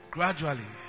Gradually